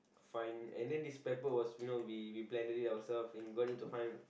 fine and then this pepper was you know we we blended it ourselves and we got it to fine